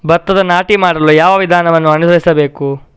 ಭತ್ತದ ನಾಟಿ ಮಾಡಲು ಯಾವ ವಿಧಾನವನ್ನು ಅನುಸರಿಸಬೇಕು?